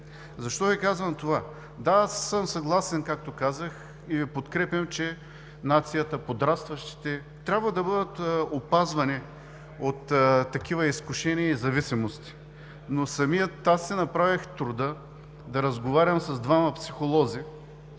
Защо Ви казвам това? Да, съгласен съм, както казах, и Ви подкрепям, че нацията, подрастващите, трябва да бъдат опазвани от такива изкушения и зависимости. Направих си обаче труда да разговарям с двама психолози